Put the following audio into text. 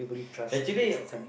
actually